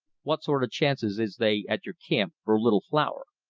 what sort of chances is they at your camp for a little flour?